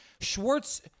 Schwartz